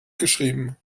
geschrieben